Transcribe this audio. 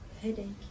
Headache